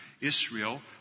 Israel